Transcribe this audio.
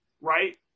right